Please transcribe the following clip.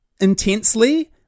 intensely